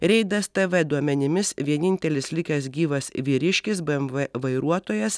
reidas tv duomenimis vienintelis likęs gyvas vyriškis bmw vairuotojas